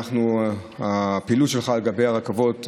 הפעילות שלך לגבי הרכבות,